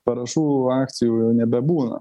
parašų akcijų jau nebebūna